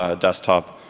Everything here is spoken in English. ah desktop,